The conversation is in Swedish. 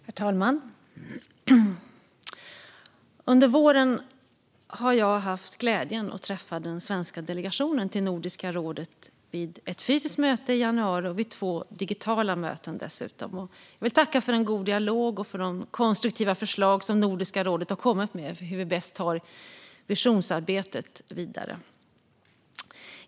Herr talman! Under våren har jag haft glädjen att träffa den svenska delegationen till Nordiska rådet i ett fysiskt möte i januari och i två digitala möten. Jag vill tacka för en god dialog och för de konstruktiva förslag som Nordiska rådet har kommit med för hur vi bäst tar visionsarbetet vidare.